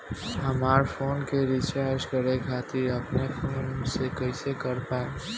हमार फोन के रीचार्ज करे खातिर अपने फोन से कैसे कर पाएम?